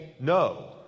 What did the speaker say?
no